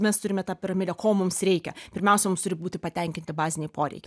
mes turime tą piramidę ko mums reikia pirmiausia mums turi būti patenkinti baziniai poreikiai